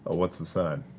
but what's the sign?